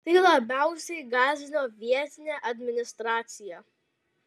tai labiausiai gąsdino vietinę administraciją